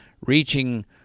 reaching